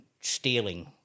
stealing